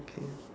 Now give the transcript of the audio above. okay